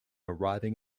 arriving